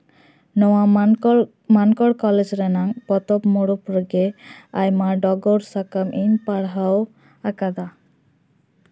ᱱᱚᱣᱟ ᱢᱟᱱᱠᱚᱲ ᱢᱟᱱᱠᱚᱲ ᱠᱚᱞᱮᱡᱽ ᱨᱮᱭᱟᱜ ᱯᱚᱛᱚᱵ ᱢᱩᱨᱟᱹᱭ ᱨᱮᱜᱮ ᱟᱭᱢᱟ ᱰᱚᱜᱚᱨ ᱥᱟᱠᱟᱢ ᱤᱧ ᱯᱟᱲᱦᱟᱣ ᱟᱠᱟᱫᱟ